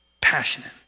passionate